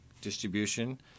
distribution